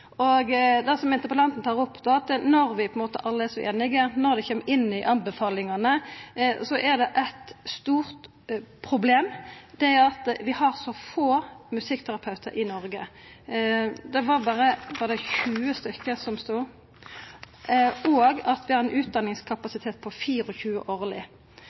inne. Det som interpellanten tar opp, er at når vi alle er så einige, og når det kjem inn i anbefalingane, så er det eitt stort problem, og det er at vi har så få musikkterapeutar i Noreg. Det er berre 20 stykke, og det er ein utdanningskapasitet på 24 årleg. Viss ein skal framskriva det som